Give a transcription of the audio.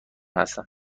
هستم